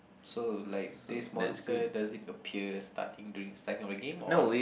so like this monster does it appear starting during starting of a game or like